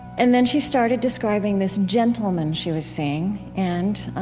and then she started describing this gentleman she was seeing and,